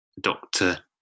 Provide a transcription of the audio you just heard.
Doctor